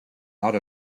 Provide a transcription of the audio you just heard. out